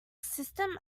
system